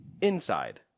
Inside